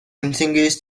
continues